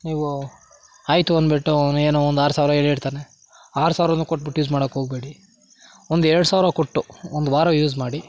ನೀವು ಆಯಿತು ಅನ್ಬಿಟ್ಟು ಅವನೇನೋ ಒಂದು ಆರು ಸಾವಿರ ಹೇಳಿರ್ತಾನೆ ಆರು ಸಾವ್ರನೂ ಕೊಟ್ಬಿಟ್ಟು ಯೂಸ್ ಮಾಡಕ್ಕೋಗ್ಬೇಡಿ ಒಂದು ಎರಡು ಸಾವಿರ ಕೊಟ್ಟು ಒಂದು ವಾರ ಯೂಸ್ ಮಾಡಿ